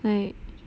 !aiya!